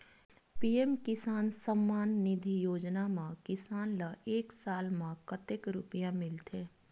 PM किसान सम्मान निधी योजना म किसान ल एक साल म कतेक रुपिया मिलथे?